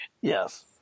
yes